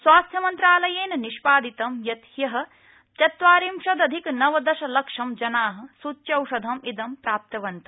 स्वास्थ्यमन्त्रालयेन निष्पादितं यत् ह्य चत्वारिशदधिकनवदशलक्षं जना सूच्यौषधम् इदं प्राप्तवन्त